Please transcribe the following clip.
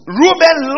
Reuben